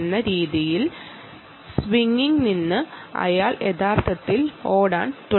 സ്വിംഗിൽ ട്രwing നിന്ന് അയാൾ യഥാർത്ഥത്തിൽ ഓടാൻ തുടങ്ങും